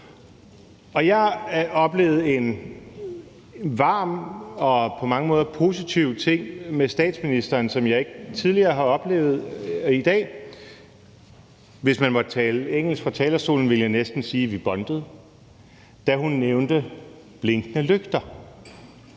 og på mange måder positiv ting med statsministeren, som jeg ikke tidligere har oplevet. Hvis man måtte tale engelsk fra talerstolen, ville jeg næsten sige, at vi bondede, da hun nævnte »Blinkende lygter«,